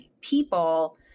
people